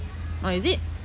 oh is it